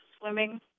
swimming